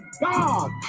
God